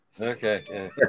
Okay